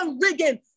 rigging